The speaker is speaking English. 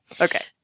Okay